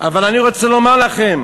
אבל אני רוצה לומר לכם,